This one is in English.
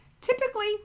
typically